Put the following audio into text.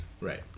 Right